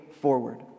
forward